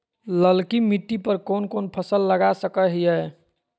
ललकी मिट्टी पर कोन कोन फसल लगा सकय हियय?